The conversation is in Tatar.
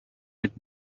бит